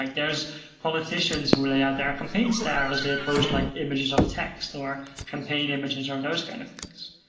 there's politicians who lay out their campaigns there as they post like images of text or campaign images or and those kind of things.